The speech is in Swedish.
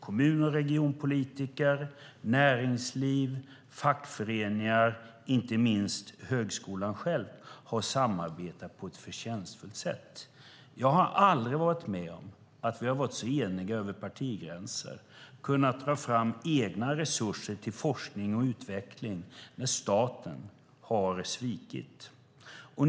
Kommun och regionpolitiker, näringsliv, fackföreningar och inte minst högskolan själv har samarbetat på ett förtjänstfullt sätt. Jag har aldrig varit med om att vi har varit så eniga över partigränser och kunnat ta fram egna resurser till forskning och utveckling när staten har svikit.